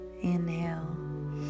inhale